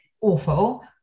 awful